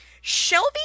Shelby